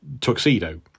tuxedo